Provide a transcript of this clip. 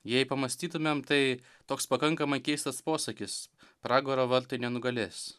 jei pamąstytumėm tai toks pakankamai keistas posakis pragaro vartai nenugalės